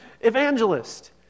evangelist